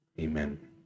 Amen